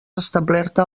establerta